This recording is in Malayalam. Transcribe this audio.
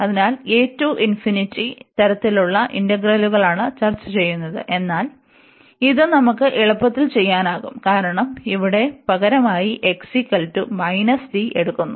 അതിനാൽ a ടു ഇൻഫിനിറ്റി തരത്തിലുള്ള ഇന്റഗ്രലുകളാണ് ചർച്ച ചെയ്യുന്നത് എന്നാൽ ഇതും നമുക്ക് എളുപ്പത്തിൽ ചെയ്യാനാകും കാരണം ഇവിടെ പകരമായി x t എടുക്കുന്നു